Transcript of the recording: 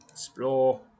Explore